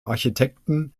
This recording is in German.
architekten